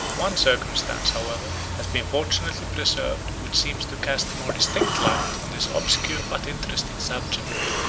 one circumstance, however, has been fortunately preserved, which seems to cast a more distinct light on this obscure but interesting subject.